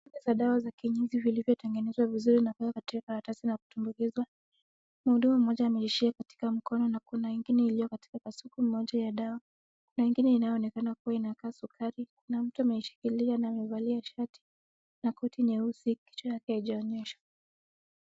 Pakiti za dawa za kienyeji zilizotengenezwa vizuri na kuwekwa katika karatasi na kutumbukizwa. Mhudumu mmoja ameishikia katika mkono na kuna ingine iliyo katika kasuku moja ya dawa. Kuna ingine inaonekana kuwa inakaa sukari. Kuna mtu ameishikilia na amevalia shati na koti nyeusi. Kichwa yake haijaonyeshwa.